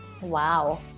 Wow